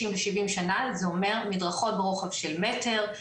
60 ו-70 שנה זה אומר מדרכות ברוחב של מטר,